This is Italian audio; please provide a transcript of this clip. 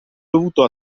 dovuto